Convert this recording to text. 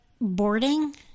boarding